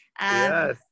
Yes